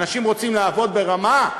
אנשים רוצים לעבוד ברמה,